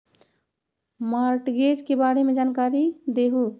Mortgage के बारे में जानकारी देहु?